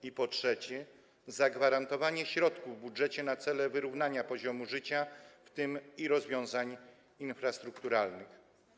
I po trzecie, zagwarantowanie środków w budżecie na cele wyrównania poziomu życia, w tym i rozwiązań infrastrukturalnych.